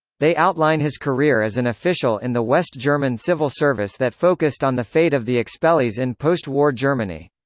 they outline his career as an official in the west german civil service that focused on the fate of the expellees in post war germany.